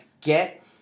get